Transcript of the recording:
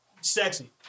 Sexy